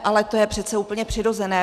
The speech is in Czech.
Ale to je přece úplně přirozené.